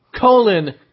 colon